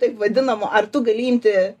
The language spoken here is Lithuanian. taip vadinamo ar tu gali imti